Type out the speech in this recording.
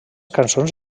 cançons